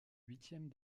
huitième